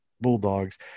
Bulldogs